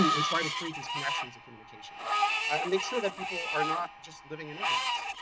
and and try to create these connections and communications, and make sure that people are not just living in ignorance.